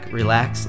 relax